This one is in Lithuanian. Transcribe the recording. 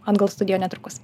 atgal studijoj netrukus